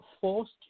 forced